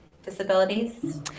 disabilities